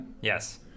Yes